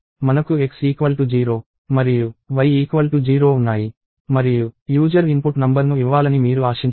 మనకు x 0 మరియు y 0 ఉన్నాయి మరియు యూజర్ ఇన్పుట్ నంబర్ను ఇవ్వాలని మీరు ఆశించారు